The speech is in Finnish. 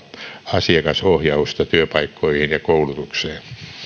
asiakasohjausta työpaikkoihin ja koulutukseen